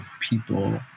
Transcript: people